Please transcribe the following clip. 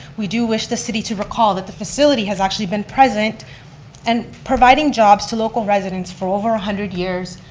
we do wish the city to recall that the facility has actually been present and providing jobs to local residents for over one ah hundred years,